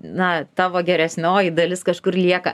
na tavo geresnioji dalis kažkur lieka